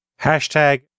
Hashtag